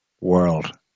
World